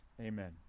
Amen